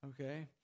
Okay